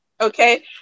okay